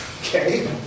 okay